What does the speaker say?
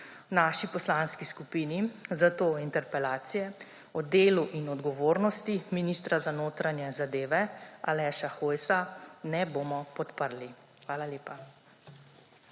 naši poslanskih skupini zato interpelacije o delu in odgovornosti ministra za notranje zadeve Aleša Hojsa ne bomo podprli. Hvala lepa.